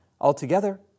Altogether